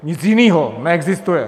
Nic jiného neexistuje.